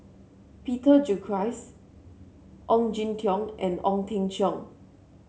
Peter Gilchrist Ong Jin Teong and Ong Teng Cheong